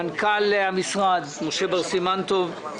מנכ"ל המשרד, משה בר סימן טוב.